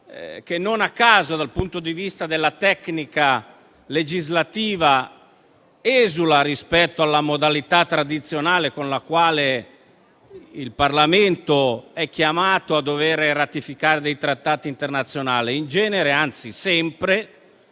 che non a caso, dal punto di vista della tecnica legislativa, esula rispetto alla modalità tradizionale con la quale il Parlamento è chiamato a dover ratificare dei trattati internazionali. In genere, anzi sempre,